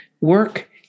work